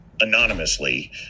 anonymously